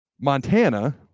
Montana